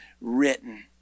written